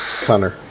Connor